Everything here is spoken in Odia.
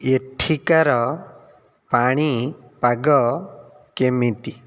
ଏଠିକାର ପାଣିପାଗ କେମିତି